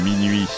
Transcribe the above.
minuit